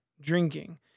drinking